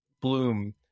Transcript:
Bloom